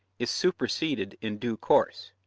is superseded in due course.